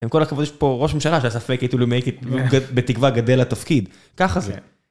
עם כל הכבוד יש פה ראש ממשלה שהספק until you make it בתקווה גדל לתפקיד, ככה זה.